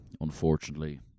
unfortunately